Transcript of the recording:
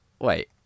Wait